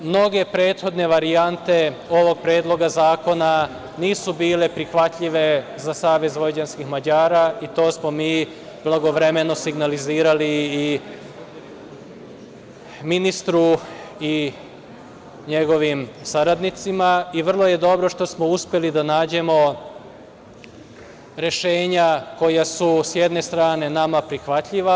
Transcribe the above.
Mnoge prethodne varijante ovog predloga zakona nisu bile prihvatljive za Savez vojvođanskih Mađara i to smo mi blagovremeno signalizirali i ministru i njegovim saradnicima, i vrlo je dobro što smo uspeli da nađemo rešenja koja su s jedne strane nama prihvatljiva.